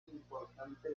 importante